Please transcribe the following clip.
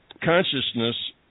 Consciousness